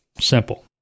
Simple